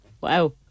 wow